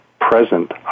present